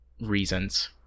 reasons